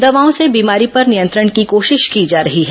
दवाओं से बीमारी पर नियंत्रण की कोशिश की जा रही है